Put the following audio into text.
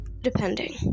Depending